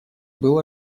был